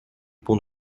pont